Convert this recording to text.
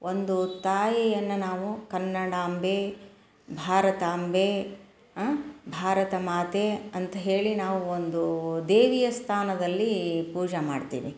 ಒಂದು ತಾಯಿಯನ್ನು ನಾವು ಕನ್ನಡಾಂಬೆ ಭಾರತಾಂಬೆ ಭಾರತ ಮಾತೆ ಅಂತ ಹೇಳಿ ನಾವು ಒಂದು ದೇವಿಯ ಸ್ಥಾನದಲ್ಲಿ ಪೂಜೆ ಮಾಡ್ತೀವಿ